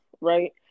right